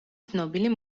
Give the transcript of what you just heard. ცნობილი